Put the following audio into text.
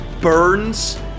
burns